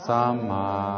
Sama